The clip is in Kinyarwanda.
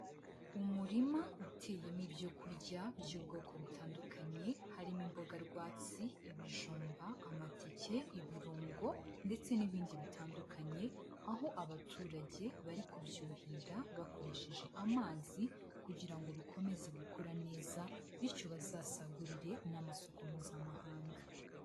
Umurima uteyema ibyo kurya by'ubwoko butandukanye, harimo imboga rwatsi, ibijumba, amateke, ibirungo ndetse n'ibindi bitandukanye, aho abaturage bari kubyuhira bakoresheje amazi kugira ngo bikomeze gukura neza, bityo bazasagurire n'amasoko Mpuzamahanga.